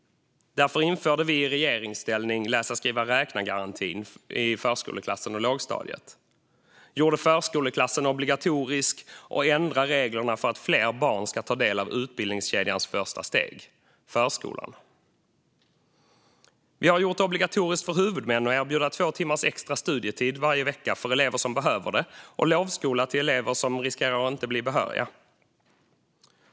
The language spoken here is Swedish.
Därför införde vi i regeringsställning läsa-skriva-räkna-garantin i förskoleklassen och lågstadiet. Vi gjorde förskoleklassen obligatorisk och ändrade reglerna för att fler barn ska ta del av utbildningskedjans första steg - förskolan. Vi har gjort det obligatoriskt för huvudmän att erbjuda två timmars extra studietid varje vecka för elever som behöver det och lovskola till elever som riskerar att inte bli behöriga.